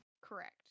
Correct